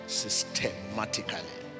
systematically